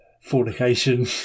fornication